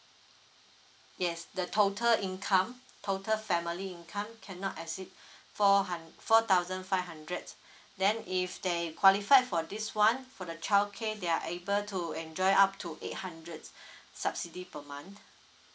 yes the total income total family income cannot exceed four hun~ four thousand five hundred then if they qualified for this [one] for the childcare they are able to enjoy up to eight hundred subsidy per month